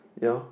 yeah